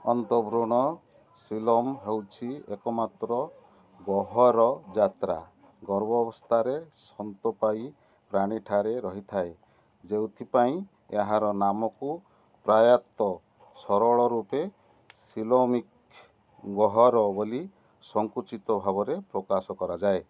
ଅନ୍ତଃଭ୍ରୂଣ coelom ହେଉଛି ଏକମାତ୍ର ଗହ୍ୱର ଯାତ୍ରା ଗର୍ଭାବସ୍ଥାରେ ସ୍ତନ୍ୟପାୟୀ ପ୍ରାଣୀଠାରେ ରହିଥାଏ ଯେଉଁଥିପାଇଁ ଏହାର ନାମକୁ ପ୍ରାୟତଃ ସରଳ ରୂପେ ସୀଲୋମିକ୍ ଗହ୍ୱର ବୋଲି ସଙ୍କୁଚିତ ଭାବରେ ପ୍ରକାଶ କରାଯାଏ